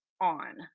on